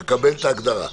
אני מקבל את ההגדרה.